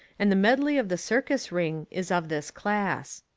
and the medley of the circus ring is of this class.